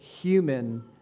human